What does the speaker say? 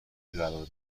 قرار